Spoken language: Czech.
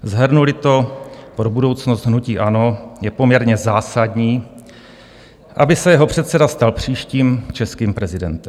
Shrnuli to, pro budoucnost hnutí ANO je poměrně zásadní, aby se jeho předseda stal příštím českým prezidentem.